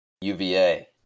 UVA